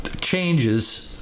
changes